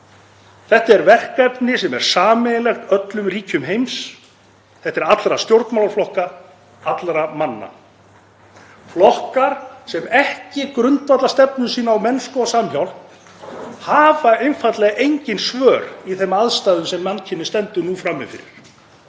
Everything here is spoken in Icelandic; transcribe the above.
Þetta er verkefni sem er sameiginlegt öllum ríkjum heims. Þetta er allra stjórnmálaflokka, allra manna. Flokkar sem ekki grundvalla stefnu sína á mennsku og samhjálp hafa einfaldlega engin svör í þeim aðstæðum sem mannkynið stendur nú frammi fyrir.